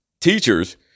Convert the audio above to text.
teachers